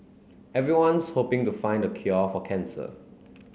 everyone's hoping to find the cure for cancer